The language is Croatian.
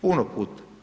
Puno puta.